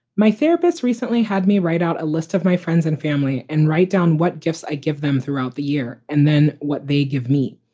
my therapist recently had me write out a list of my friends and family and write down what gifts i give them throughout the year and then what they give me.